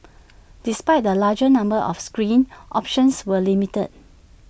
despite the larger number of screens options were limited